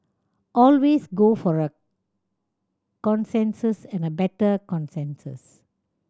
always go for a consensus and a better consensus